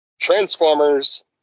transformers